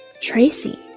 Tracy